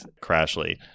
crashly